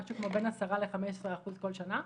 בין 10% ל-15% כל שנה.